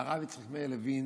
והרב יצחק לוין